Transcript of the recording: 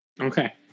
Okay